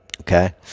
Okay